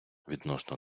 відносно